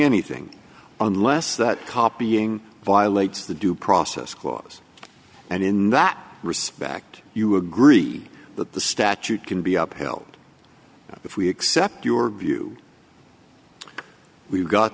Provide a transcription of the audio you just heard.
anything unless that copying violates the due process clause and in that respect you agree that the statute can be upheld if we accept your view we've got